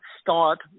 start